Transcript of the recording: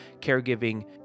caregiving